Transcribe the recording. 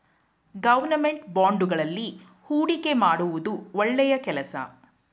government ಬಾಂಡುಗಳಲ್ಲಿ ಹೂಡಿಕೆ ಮಾಡುವುದು ಒಳ್ಳೆಯ ಕೆಲಸ